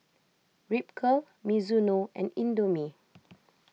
Ripcurl Mizuno and Indomie